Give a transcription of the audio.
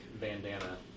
bandana